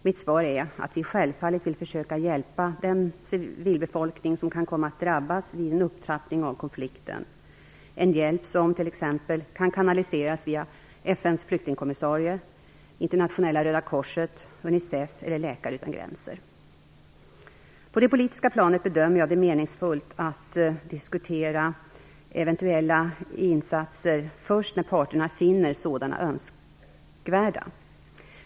Mitt svar är att vi självfallet vill försöka hjälpa den civilbefolkning som kan komma att drabbas vid en upptrappning av konflikten, en hjälp som t.ex. kan kanaliseras via FN:s flyktingkommissarie, På det politiska planet bedömer jag det meningsfullt att diskutera eventuella insatser först när parterna finner sådana önskvärda.